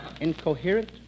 Incoherent